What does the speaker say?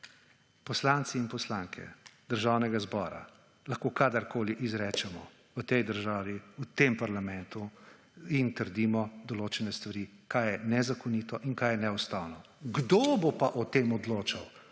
Poslanci in poslanke Državnega zbora lahko kadarkoli izrečeno v tej državi, v tem parlamentu in trdimo določene stvari kaj je nezakonito in kaj je neustavno. Kdo bo pa o tem odločal